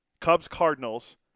Cubs-Cardinals